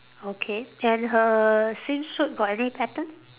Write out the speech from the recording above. okay and her swimsuit got any pattern